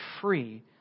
free